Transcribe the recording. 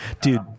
dude